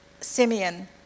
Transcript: Simeon